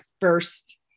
first